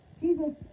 Jesus